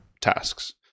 tasks